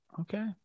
Okay